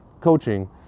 coaching